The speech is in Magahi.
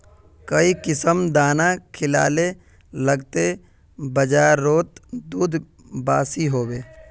काई किसम दाना खिलाले लगते बजारोत दूध बासी होवे?